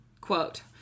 Quote